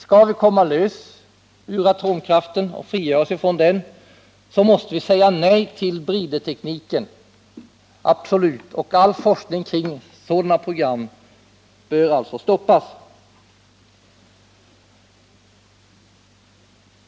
Skall vi frigöra oss från atomkraften måste vi absolut säga nej till bridertekniken, och all forskning kring sådana program bör alltså stoppas.